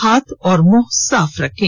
हाथ और मुंह साफ रखें